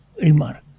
remark